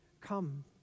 come